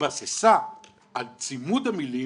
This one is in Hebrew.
התבססה על צימוד המלים